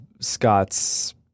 Scott's